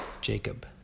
Jacob